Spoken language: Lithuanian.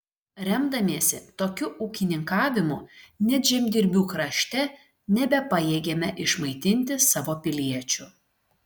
remdamiesi tokiu ūkininkavimu net žemdirbių krašte nebepajėgėme išmaitinti savo piliečių